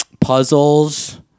Puzzles